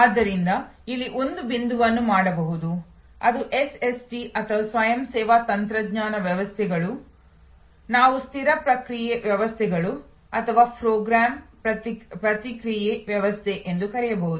ಆದ್ದರಿಂದ ಇಲ್ಲಿ ಒಂದು ಬಿಂದುವನ್ನು ಮಾಡಬಹುದು ಅದು ಎಸ್ಎಸ್ಟಿ ಅಥವಾ ಸ್ವಯಂ ಸೇವಾ ತಂತ್ರಜ್ಞಾನ ವ್ಯವಸ್ಥೆಗಳು ನಾವು ಸ್ಥಿರ ಪ್ರತಿಕ್ರಿಯೆ ವ್ಯವಸ್ಥೆಗಳು ಅಥವಾ ಪ್ರೋಗ್ರಾಂ ಪ್ರತಿಕ್ರಿಯೆ ವ್ಯವಸ್ಥೆ ಎಂದು ಕರೆಯಬಹುದು